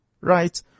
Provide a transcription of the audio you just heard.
right